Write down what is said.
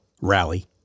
rally